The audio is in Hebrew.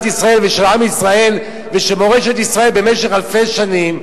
ישראל ושל עם ישראל ושל מורשת ישראל במשך אלפי שנים,